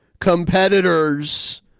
competitors